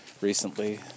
recently